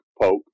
Poke